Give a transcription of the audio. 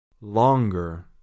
Longer